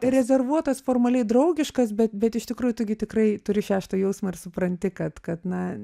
rezervuotas formaliai draugiškas bet bet iš tikrųjų tu taigi tikrai turi šeštą jausmą ir supranti kad kad na